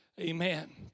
Amen